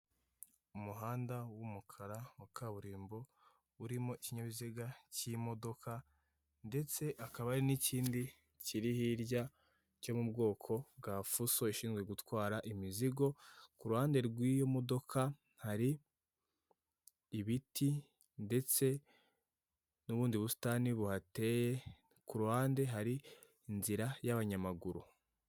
Umuhanda w'umukara wa kaburimbo, urimo ikinyabiziga cy'imodoka ndetse hakaba hari n'ikindi kiri hirya, cyo mu bwoko bwa fuso ishinzwe gutwara imizigo, ku ruhande rw'iyo modoka hari ibiti ndetse n'ubundi busitani buhateye, ku ruhande hari inzira y'abanyamaguru.